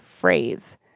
phrase